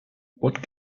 what